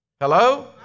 Hello